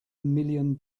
million